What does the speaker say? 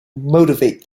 motivate